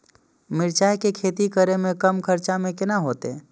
मिरचाय के खेती करे में कम खर्चा में केना होते?